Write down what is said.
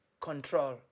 control